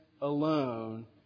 alone